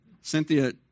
Cynthia